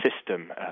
system